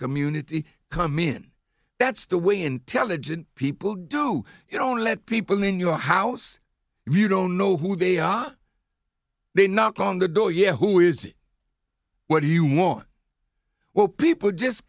community come in that's the way intelligent people do you don't let people in your house you don't know who they are they knock on the door yeah who is what do you more where people just